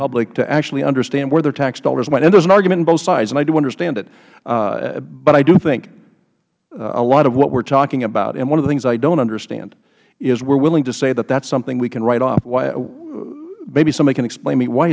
public to actually understand where their tax dollars went and there's an argument on both sides and i do understand it but i do think a lot of what we are talking about and one of the things i don't understand is we are willing to say that that is something we can write off maybe somebody can explain